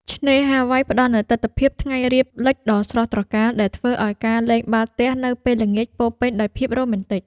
ឆ្នេរហាវ៉ៃផ្ដល់នូវទិដ្ឋភាពថ្ងៃរៀបលិចដ៏ស្រស់ត្រកាល ដែលធ្វើឱ្យការលេងបាល់ទះនៅពេលល្ងាចពោរពេញដោយភាពរ៉ូមែនទិក។